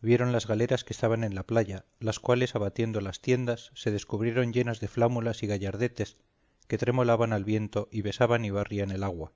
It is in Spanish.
vieron las galeras que estaban en la playa las cuales abatiendo las tiendas se descubrieron llenas de flámulas y gallardetes que tremolaban al viento y besaban y barrían el agua